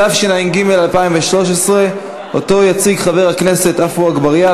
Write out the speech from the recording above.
התשע"ג 2013, שיציג חבר הכנסת עפו אגבאריה.